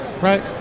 Right